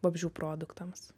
vabzdžių produktams